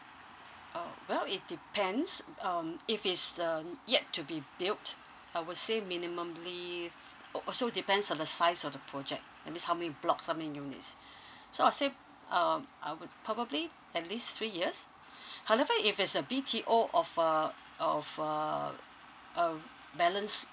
uh well it depends um if is um yet to be built I would say minimumly f~ orh also depends on the size of the project that means how many blocks how many units so I'd say um I would probably at least three years however if is a B_T_O of uh of uh a balance